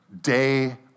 day